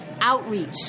outreach